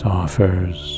offers